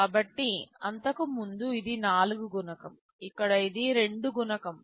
కాబట్టి అంతకుముందు ఇది 4 గుణకం ఇక్కడ ఇది 2 గుణకం